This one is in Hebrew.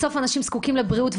בסוף אנשים זקוקים לבריאות.